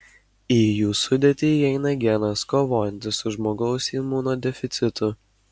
į jų sudėtį įeina genas kovojantis su žmogaus imunodeficitu